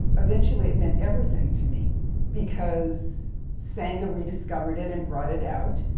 eventually it meant everything to me because senga rediscovered it and brought it out.